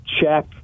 check